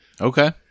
Okay